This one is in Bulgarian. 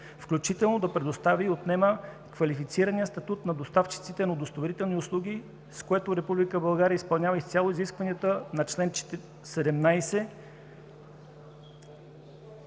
включително да предостави и отнема квалифицираният статут на доставчиците на удостоверителни услуги, с което Република България изпълнява изцяло изискванията на чл. 17,